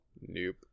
Nope